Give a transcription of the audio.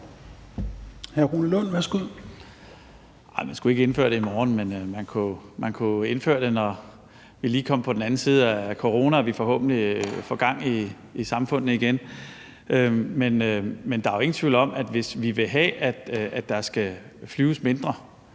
Rune Lund (EL): Nej, man skulle ikke indføre det i morgen, men man kunne jo indføre det, når vi lige kom på den anden side af corona, hvor vi forhåbentlig får gang i samfundene igen. Men der er jo ingen tvivl om, at det, hvis vi vil have, at der skal flyves mindre